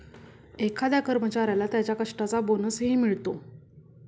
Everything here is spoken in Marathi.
एखाद्या कर्मचाऱ्याला त्याच्या कष्टाचा बोनसही मिळतो